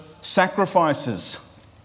sacrifices